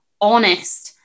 honest